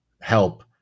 help